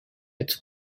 its